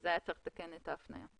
היה צריך לתקן את ההפניה.